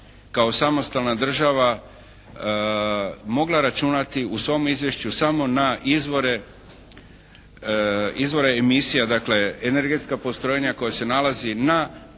kao samostalna država mogla računati u svom izvješću samo na izvore emisija, dakle energetska postrojenja koje se nalazi na